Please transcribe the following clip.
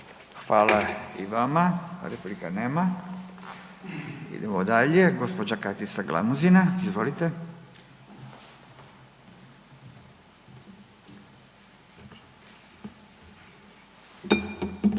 Hvala i vama. Replike nema. Idemo dalje, gđa. Katica Glamuzina, izvolite. Nema